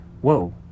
whoa